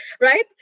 Right